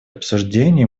обсуждений